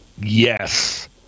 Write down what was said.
yes